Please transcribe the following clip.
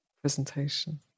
presentation